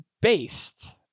based